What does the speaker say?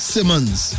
Simmons